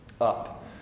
up